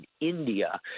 India